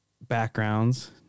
backgrounds